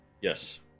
Yes